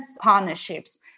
partnerships